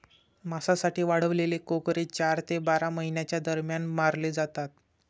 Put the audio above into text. मांसासाठी वाढवलेले कोकरे चार ते बारा महिन्यांच्या दरम्यान मारले जातात